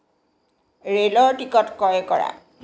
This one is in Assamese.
ৰে'লৰ টিকট ক্ৰয় কৰা